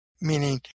meaning